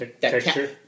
Texture